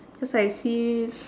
cause I sees